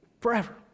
forever